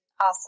Awesome